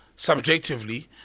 Subjectively